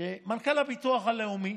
שמנכ"ל הביטוח הלאומי